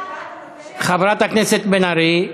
חברת הכנסת בן ארי,